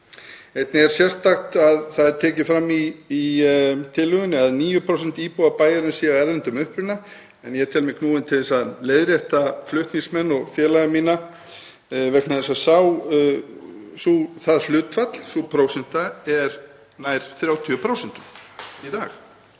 Einnig er sérstakt að tekið er fram í tillögunni að 9% íbúa bæjarins séu af erlendum uppruna en ég tel mig knúinn til að leiðrétta flutningsmenn og félaga mína vegna þess að það hlutfall, sú prósenta, er nær 30% í dag.